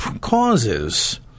causes